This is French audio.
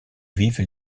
vivent